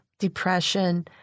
Depression